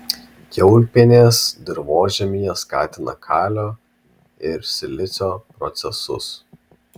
kiaulpienės dirvožemyje skatina kalio ir silicio procesus